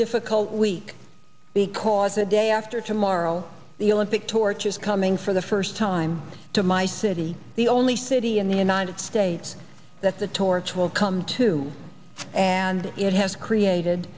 difficult week because the day after tomorrow the olympic torch is coming for the first time to my city the only city in the united states that the torch will come to and it has created